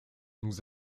nous